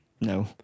No